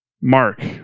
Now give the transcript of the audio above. Mark